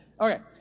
Okay